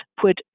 put